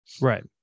right